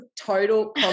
total